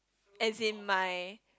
as in my